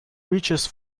reaches